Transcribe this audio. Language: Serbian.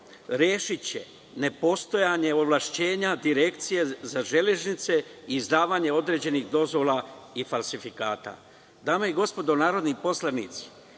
rešiće nepostojanje ovlašćenja Direkcije za železnice i za izdavanje određenih dozvola i falsifikata. Dame i gospodo narodni poslanici,